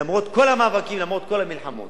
למרות כל המאבקים ולמרות כל המלחמות.